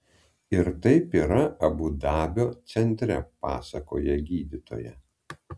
ir taip yra abu dabio centre pasakoja gydytoja